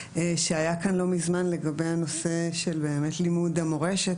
שהיה כאן לא מזמן לגבי הנושא של לימוד המורשת,